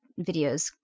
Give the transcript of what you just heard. videos